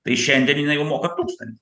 tai šiandien jinai jau moka tūkstantį